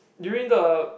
during the